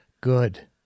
Good